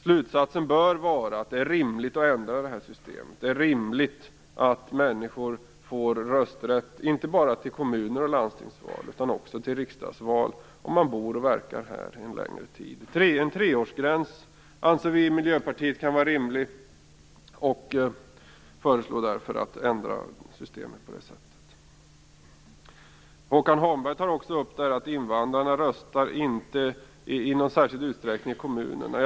Slutsatsen bör vara att det är rimligt att ändra det här systemet. Det är rimligt att människor får rösträtt, inte bara till kommun och landstingsval utan också till riksdagsval, om man bor och verkar här en längre tid. En treårsgräns anser vi i Miljöpartiet kan vara rimligt. Vi föreslår därför att systemet ändras på det sättet. Håkan Holmberg tar också upp att invandrarna inte i någon särskild utsträckning röstar i kommunalvalen.